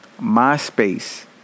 MySpace